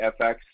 FX